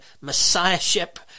Messiahship